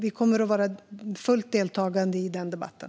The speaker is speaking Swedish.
Vi kommer att delta fullt ut i den debatten.